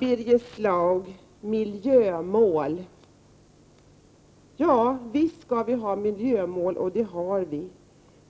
Birger Schlaug pratade om miljömål. Visst skall vi ha miljömål, och det har vi.